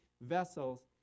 vessels